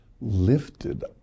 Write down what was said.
lifted